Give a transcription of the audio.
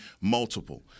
multiple